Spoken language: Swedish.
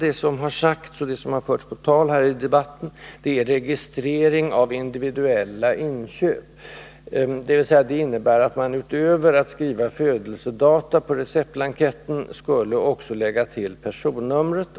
Det som har nämnts tidigare och som har förts på tal här i debatten är registrering av individuella inköp. Det innebär alltså att man utöver att skriva födelsedata på receptblanketten också skulle lägga till personnumret.